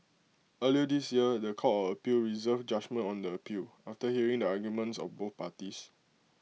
earlier this year The Court of appeal reserved judgement on the appeal after hearing the arguments of both parties